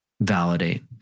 validate